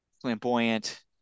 flamboyant